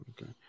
Okay